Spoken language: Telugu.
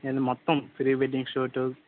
ఏంటి మొత్తం ప్రీవెడ్డింగ్ షూటు